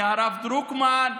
מהרב דרוקמן,